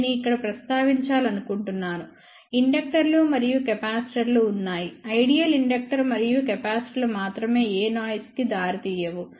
నేను ఇక్కడ ప్రస్తావించాలనుకుంటున్నాను ఇండక్టర్లు మరియు కెపాసిటర్లు ఉన్నాయి ఐడియల్ ఇండక్టర్ మరియు కెపాసిటర్లు మాత్రమే ఏ నాయిస్ కి దారితీయవు